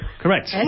Correct